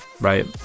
right